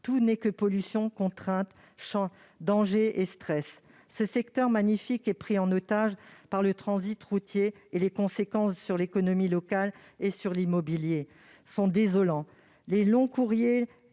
tout n'est que pollution, contrainte, danger et stress. Ce secteur magnifique est pris en otage par le transit routier. Les conséquences sur l'économie locale et sur l'immobilier sont désolantes. Les longs courriers